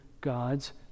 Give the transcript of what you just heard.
God's